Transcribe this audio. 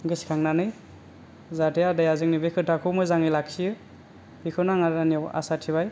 गोसोखांनानै जाहाते आदाया जोंनि बे खोथाखौ मोजाङै लाखियो बेखौनो आं आदानियाव आसा थिबाय